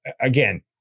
again